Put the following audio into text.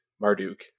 Marduk